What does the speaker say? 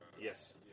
Yes